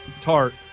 Tart